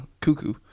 Cuckoo